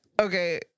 Okay